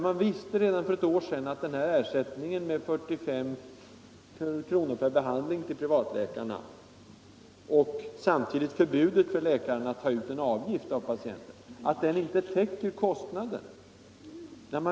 Man visste redan för ett år sedan att ersättningen med 45 kr. per behandling till privatläkarna, och samtidigt förbudet för läkarna att ta ut en avgift av patienten, inte täcker kostnaden.